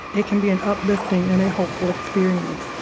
it can be an uplifting and a hopeful experience.